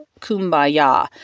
kumbaya